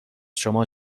شما